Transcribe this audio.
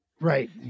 Right